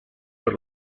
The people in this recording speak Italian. per